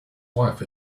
wife